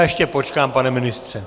Ještě počkám, pane ministře.